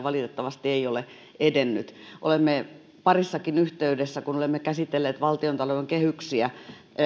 valitettavasti ei ole edennyt olemme parissakin yhteydessä kun olemme käsitelleet valtiontalouden kehyksiä